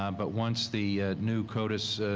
um but once the new codist